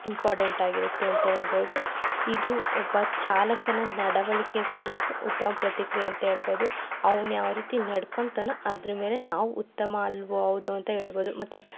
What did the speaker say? important ಆಗಿರುತ್ತೆ ಅಂತ ಹೇಳ್ಬೋದು ಇದು ಒಬ್ಬ ಚಾಲಕನ ನಡವಳಿಕೆ ಕುರಿತು ಉತ್ತಮ ಪ್ರತಿಕ್ರಿಯೆ ಅಂತ ಹೇಳ್ಬೋದು ಅವನು ಯಾವ ರೀತಿ ನಡ್ಕೋತಾನೊ ಅದ್ರ ಮೇಲೆ ನಾವು ಉತ್ತಮ ಅಲ್ವೋ ಹೌದೋ ಅಂತ ಹೇಳ್ಬೋದು ಮತ್ತೆ